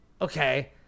okay